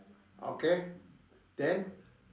okay then